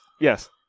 yes